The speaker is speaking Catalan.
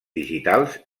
digitals